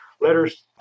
letters